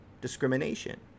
discrimination